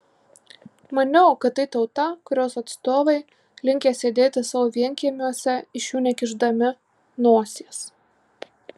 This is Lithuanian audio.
maniau kad tai tauta kurios atstovai linkę sėdėti savo vienkiemiuose iš jų nekišdami nosies